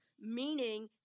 meaning